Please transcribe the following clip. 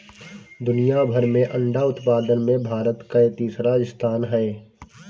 दुनिया भर में अंडा उत्पादन में भारत कअ तीसरा स्थान हअ